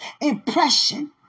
impression